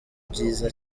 byiza